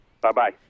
Bye-bye